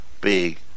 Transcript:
big